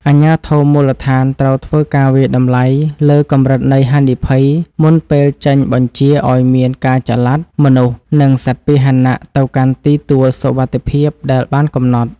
អាជ្ញាធរមូលដ្ឋានត្រូវធ្វើការវាយតម្លៃលើកម្រិតនៃហានិភ័យមុនពេលចេញបញ្ជាឱ្យមានការចល័តមនុស្ស និងសត្វពាហនៈទៅកាន់ទីទួលសុវត្ថិភាពដែលបានកំណត់។